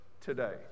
today